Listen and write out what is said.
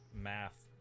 math